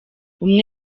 umwe